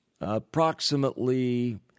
approximately